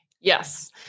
Yes